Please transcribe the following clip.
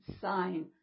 sign